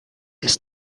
est